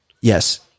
Yes